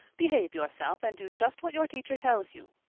behave yourself and do just what your teacher tells you.